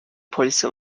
polisi